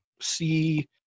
see